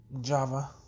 Java